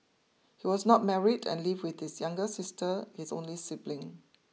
he was not married and lived with his younger sister his only sibling